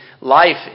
life